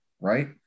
right